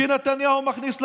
שנתניהו מכניס לכנסת.